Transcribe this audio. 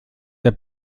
der